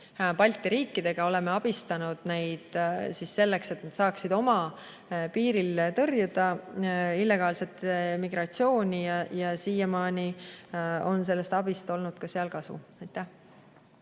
Balti riikidega, oleme abistanud neid, et nad saaksid oma piiril tõrjuda illegaalset migratsiooni, ja siiamaani on sellest abist seal ka kasu